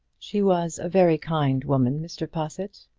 she was a very kind woman, mr. possitt.